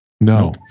No